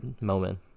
moment